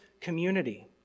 community